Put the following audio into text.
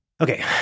Okay